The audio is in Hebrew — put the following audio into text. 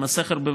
עם הסכר,